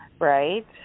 Right